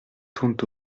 tournent